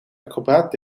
acrobaat